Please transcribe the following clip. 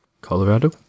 colorado